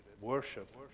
worship